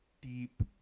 deep